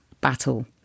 battle